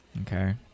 okay